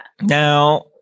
Now